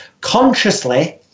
consciously